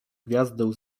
gwiazdę